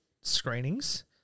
screenings